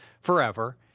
forever